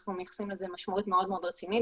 אנחנו מייחסים לזה משמעות מאוד-מאוד רצינית